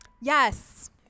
Yes